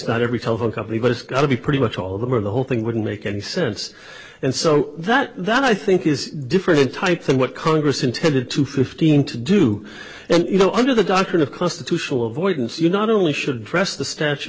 not every telephone company but it's got to be pretty much all of them or the whole thing wouldn't make any sense and so that that i think is a different type than what congress intended to fifteen to do you know under the doctrine of constitutional avoidance you not only should press the statu